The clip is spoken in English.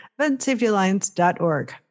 eventsafetyalliance.org